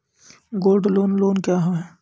Gold loan loan क्या हैं?